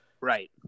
Right